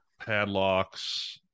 padlocks